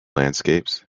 landscapes